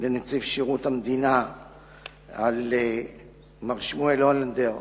לנציב שירות המדינה מר שמואל הולנדר,